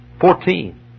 Fourteen